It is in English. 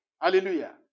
Hallelujah